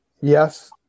Yes